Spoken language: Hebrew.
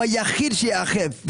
הוא היחיד שייאכף,